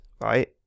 right